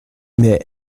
mais